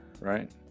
right